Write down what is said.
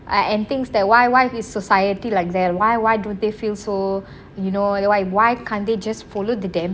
err and things that why why this society like there why why would they feel so you know the why why cant they just follow the damn